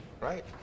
Right